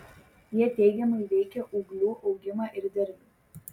jie teigiamai veikia ūglių augimą ir derlių